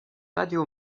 radio